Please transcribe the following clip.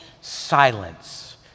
Silence